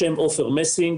שמי עופר מסינג,